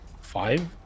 five